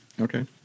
Okay